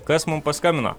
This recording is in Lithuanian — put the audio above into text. kas mum paskambino